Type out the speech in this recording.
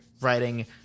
writing